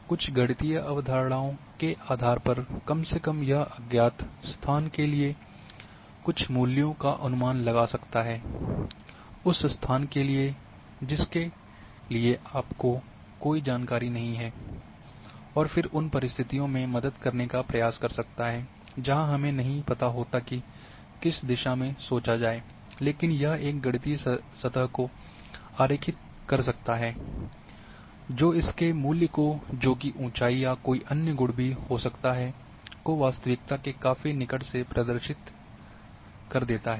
कुछ गणितीय अवधारणाओं के आधार पर कम से कम यह अज्ञात स्थान के लिए कुछ मूल्यों का अनुमान लगा सकता है उस स्थान के लिए जिसके लिए आपको कोई जानकारी नहीं है और फिर उन परिस्थितियों में मदद करने का प्रयास कर सकता है जहाँ हमें नहीं पता होता की किस दिशा में सोचा जाए लेकिन यह एक गणितीय सतह को आरेखित कर सकता है जो इसके मूल्य को जोकि ऊँचाई या कोई अन्य गुण भी हो सकता है को वास्तविकता के काफ़ी निकट से प्रदर्शित देता है